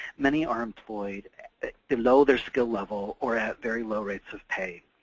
many are employed below their skill level or at very low rates of pay.